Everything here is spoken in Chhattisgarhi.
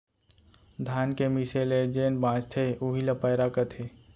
धान के मीसे ले जेन बॉंचथे उही ल पैरा कथें